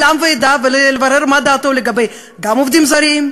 עם ועדה ולברר מה דעתו לגבי עובדים זרים,